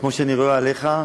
כמו שאני רואה עליך,